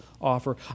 offer